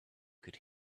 could